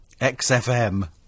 XFM